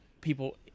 people